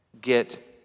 get